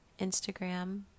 Instagram